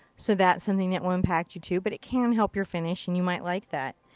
so that's something that will impact you too, but it can help your finish, and you might like that.